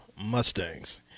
Mustangs